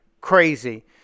crazy